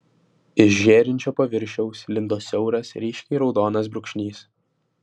iš žėrinčio paviršiaus lindo siauras ryškiai raudonas brūkšnys